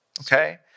Okay